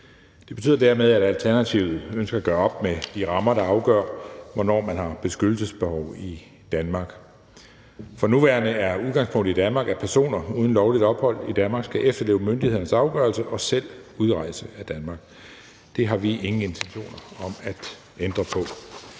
Det betyder dermed, at Alternativet ønsker at gøre op med de rammer, der afgør, hvornår man har beskyttelsesbehov i Danmark. For nuværende er udgangspunktet i Danmark, at personer uden lovligt ophold i Danmark skal efterleve myndighedernes afgørelse og selv udrejse af Danmark. Det har vi ingen intentioner om at ændre på.